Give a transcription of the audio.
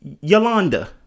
Yolanda